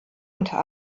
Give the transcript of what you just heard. unter